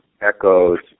echoes